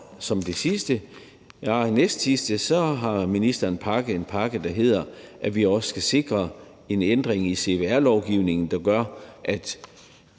at vi smidiggør det. Så har ministeren en pakke, der handler om, at vi også skal sikre en ændring i CVR-lovgivningen, der gør, at